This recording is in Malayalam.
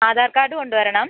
ആധാർ കാർഡ് കൊണ്ടുവരണം